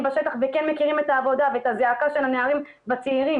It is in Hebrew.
בשטח וכן מכירים את העבודה ואת הזעקה של הנערים והצעירים,